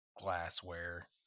glassware